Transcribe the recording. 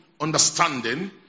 understanding